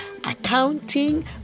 Accounting